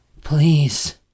Please